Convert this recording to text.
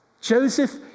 Joseph